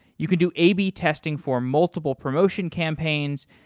you can do a b testing for multiple promotion campaigns.